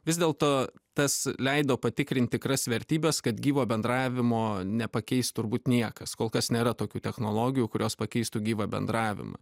vis dėlto tas leido patikrint tikras vertybes kad gyvo bendravimo nepakeis turbūt niekas kol kas nėra tokių technologijų kurios pakeistų gyvą bendravimą